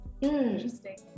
Interesting